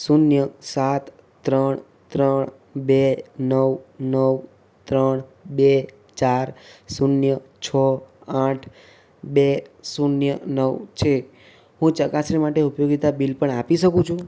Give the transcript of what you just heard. શૂન્ય સાત ત્રણ ત્રણ બે નવ નવ ત્રણ બે ચાર શૂન્ય છ આઠ બે શૂન્ય નવ છે હું ચકાસણી માટે ઉપયોગિતા બિલ પણ આપી શકું છું